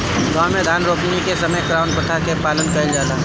गाँव मे धान रोपनी के समय कउन प्रथा के पालन कइल जाला?